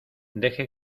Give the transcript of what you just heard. deje